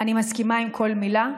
אני מסכימה לכל מילה.